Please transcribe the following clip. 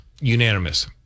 Unanimous